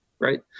right